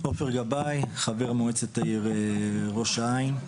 עופר גבאי חבר מועצת העיר ראש העין,